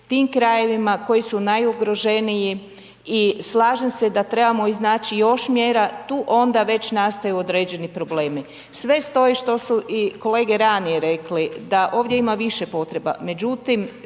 tim krajevima koji su najugroženiji i slažem se da trebamo iznaći još mjera, tu onda već nastaju određeni problemi, sve stoji što su i kolege ranije rekli da ovdje ima više potreba,